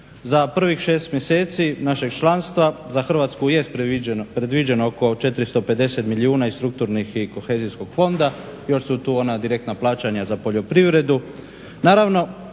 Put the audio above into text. Za prvih 6 mjeseci našeg članstva za Hrvatsku jest predviđeno oko 450 milijuna iz strukturnih i kohezijskog fonda. Još su tu ona direktna plaćanja za poljoprivredu.